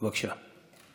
בבקשה.